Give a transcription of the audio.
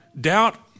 Doubt